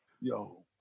Yo